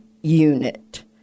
unit